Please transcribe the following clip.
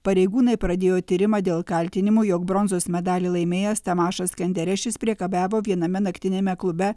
pareigūnai pradėjo tyrimą dėl kaltinimų jog bronzos medalį laimėjęs tamašas kenderešis priekabiavo viename naktiniame klube